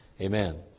amen